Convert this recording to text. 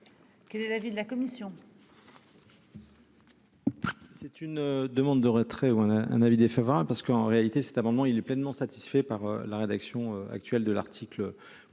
Quel est l'avis de la commission ?